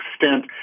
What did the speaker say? extent